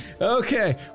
okay